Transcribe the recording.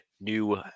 new